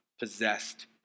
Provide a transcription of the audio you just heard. possessed